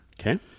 Okay